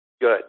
good